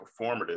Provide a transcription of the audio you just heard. performative